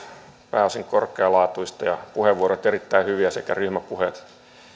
pääosin korkealaatuista ja puheenvuorot sekä ryhmäpuheet erittäin hyviä